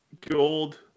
gold